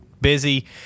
Busy